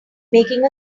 making